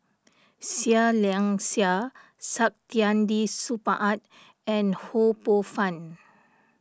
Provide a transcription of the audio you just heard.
Seah Liang Seah Saktiandi Supaat and Ho Poh Fun